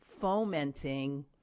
fomenting